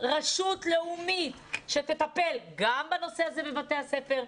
רשות לאומית שתטפל גם בנושא הזה בבתי הספר,